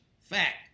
Fact